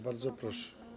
Bardzo proszę.